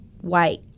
white